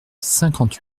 cinquante